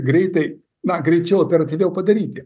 greitai na greičiau operatyviau padaryti